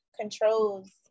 controls